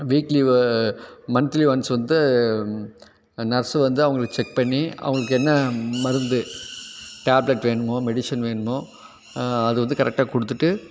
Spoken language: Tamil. வீக்லி மந்த்லி ஒன்ஸ் வந்து நர்ஸு வந்து அவங்களை செக் பண்ணி அவர்களுக்கு என்ன மருந்து டேப்லெட் வேணுமோ மெடிஷன் வேணுமோ அது வந்து கரெக்டாக கொடுத்துட்டு